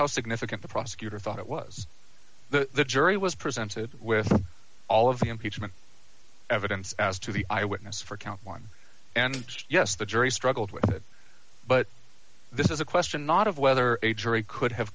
how significant the prosecutor thought it was the jury was presented with all of the impeachment evidence as to the eyewitness for count one and yes the jury struggled with it but this is a question not of whether a jury could have